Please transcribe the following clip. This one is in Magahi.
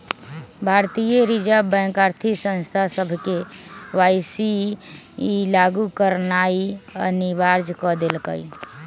भारतीय रिजर्व बैंक आर्थिक संस्था सभके के.वाई.सी लागु करनाइ अनिवार्ज क देलकइ